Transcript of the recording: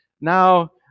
now